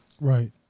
Right